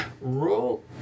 roll